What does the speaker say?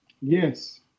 Yes